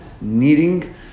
kneading